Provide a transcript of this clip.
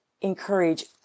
encourage